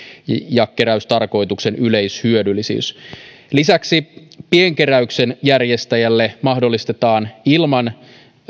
ja keräystarkoituksen yleishyödyllisyys lisäksi pienkeräyksen järjestäjälle mahdollistetaan ilman